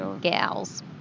gals